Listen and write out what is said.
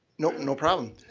no no problem.